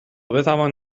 بتوان